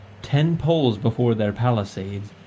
ten poles before their palisades,